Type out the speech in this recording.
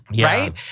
right